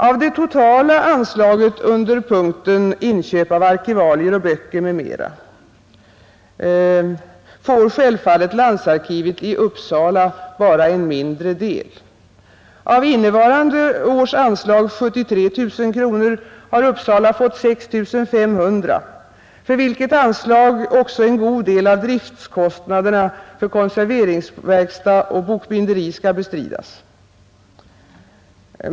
Av det totala anslaget under denna punkt — Inköp av arkivalier och böcker m.m. — får självfallet landsarkivet i Uppsala bara en mindre del. Av innevarande års anslag, 73 000 kronor, har Uppsala fått 6 500, ur vilket anslag också en god del av driftkostnaderna för konserveringsverkstad och bokbinderi skall bestridas.